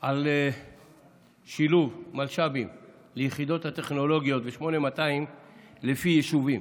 על שילוב מלש"בים ביחידות הטכנולוגיות ב-8200 לפי יישובים.